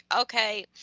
okay